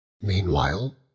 meanwhile